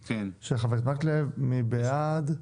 של חבר הכנסת מקלב, מי בעד?